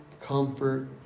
comfort